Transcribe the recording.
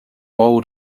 old